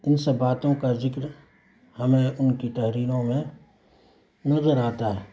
ان سب باتوں کا ذکر ہمیں ان کی تحریروں میں نظر آتا ہے